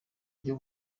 ryo